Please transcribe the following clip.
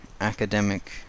academic